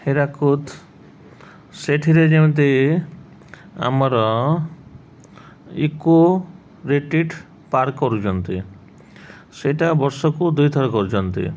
ହୀରାକୁଦ ସେଠିରେ ଯେମିତି ଆମର ଇକୋ ରିଟ୍ରିଟ୍ ପାର୍କ କରୁଛନ୍ତି ସେଇଟା ବର୍ଷକୁ ଦୁଇଥର କରୁଛନ୍ତି